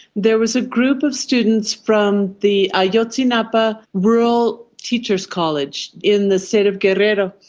there was a group of students from the ayotzinapa rural teachers college in the state of guerrero.